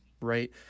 right